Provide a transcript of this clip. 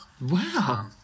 Wow